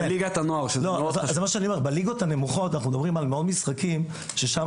בליגות הנמוכות אנחנו מדברים על משחקים ששם